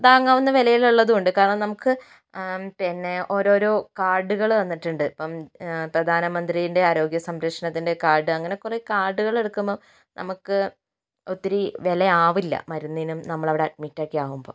താങ്ങാവുന്ന വിലയിൽ ഉള്ളതും ഉണ്ട് കാരണം നമുക്ക് പിന്നെ ഓരോരോ കാർഡുകൾ തന്നിട്ടുണ്ട് ഇപ്പം പ്രധാനമന്ത്രിൻ്റെ ആരോഗ്യ സംരക്ഷണത്തിൻ്റെ കാർഡ് അങ്ങനെ കുറെ കാർഡുകൾ എടുക്കുമ്പോൾ നമുക്ക് ഒത്തിരി വിലയാവില്ല മരുന്നിനും നമ്മൾ അവിടെ അഡ്മിറ്റ് ഒക്കെ ആകുമ്പോൾ